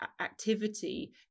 activity